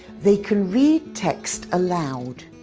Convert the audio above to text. they can read text aloud.